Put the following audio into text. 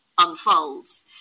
unfolds